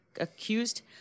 accused